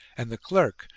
and the clerk,